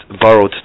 borrowed